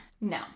No